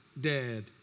dead